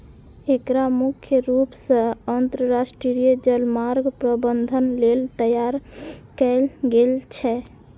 एकरा मुख्य रूप सं अंतरराष्ट्रीय जलमार्ग प्रबंधन लेल तैयार कैल गेल छै